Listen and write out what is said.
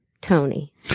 Tony